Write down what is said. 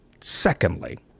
Secondly